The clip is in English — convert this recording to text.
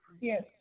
Yes